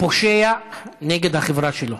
פושע נגד החברה שלו,